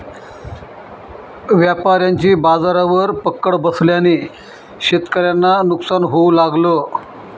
व्यापाऱ्यांची बाजारावर पकड बसल्याने शेतकऱ्यांना नुकसान होऊ लागलं